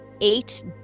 Eight